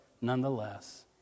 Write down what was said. nonetheless